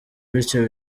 bityo